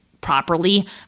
properly